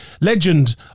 legend